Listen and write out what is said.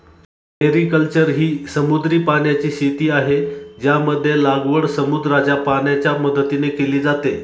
mariculture ही समुद्री पाण्याची शेती आहे, ज्यामध्ये लागवड समुद्राच्या पाण्याच्या मदतीने केली जाते